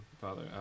Father